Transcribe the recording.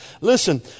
Listen